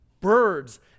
birds